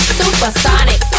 supersonic